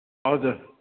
हजुर